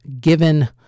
given